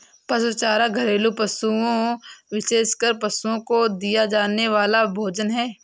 पशु चारा घरेलू पशुओं, विशेषकर पशुओं को दिया जाने वाला भोजन है